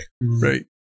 Right